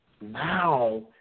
now